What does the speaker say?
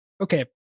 Okay